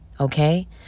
Okay